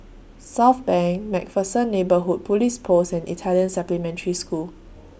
Southbank MacPherson Neighbourhood Police Post and Italian Supplementary School